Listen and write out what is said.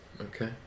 Okay